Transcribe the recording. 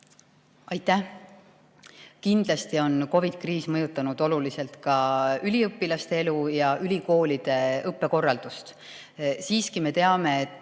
Aitäh! Kindlasti on COVID‑i kriis mõjutanud oluliselt ka üliõpilaste elu ja ülikoolide õppekorraldust. Siiski me teame, et